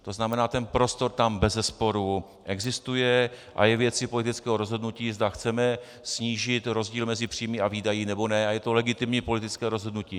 To znamená prostor tam bezesporu existuje a je věcí politického rozhodnutí, zda chceme snížit rozdíl mezi příjmy a výdaji, nebo ne, a je to legitimní politické rozhodnutí.